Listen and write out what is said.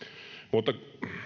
mutta